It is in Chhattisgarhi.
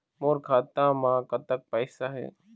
मोर खाता मे कतक पैसा हे?